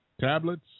tablets